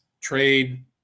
trade